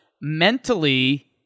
mentally